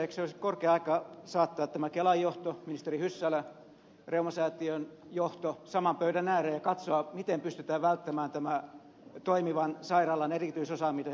eikö olisi korkea aika saattaa tämä kelan johto ministeri hyssälä reumasäätiön johto saman pöydän ääreen ja katsoa miten pystytään välttämään tämä toimivan sairaalan erityisosaamisen hajoaminen